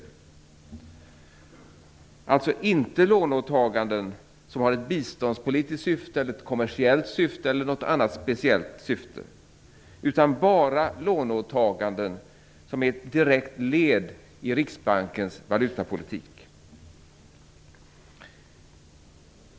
Det gäller alltså inte låneåtaganden som har ett biståndspolitiskt syfte, ett kommersiellt syfte eller något annat speciellt syfte utan bara låneåtaganden som är ett direkt led i Riksbankens valutapolitik.